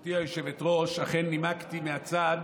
גברתי היושבת-ראש, אכן נימקתי מהצד